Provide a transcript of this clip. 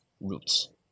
roots